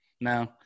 No